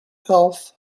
health